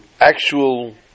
actual